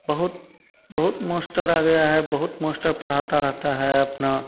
बहुत बहुत मास्टर आ गया है बहुत मास्टर पढ़ता रहता है अपना